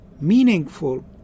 meaningful